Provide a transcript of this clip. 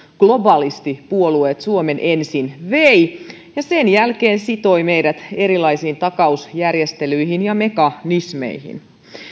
globalistipuolueet suomen ensin veivät ja sen jälkeen sitoivat meidät erilaisiin takausjärjestelyihin ja mekanismeihin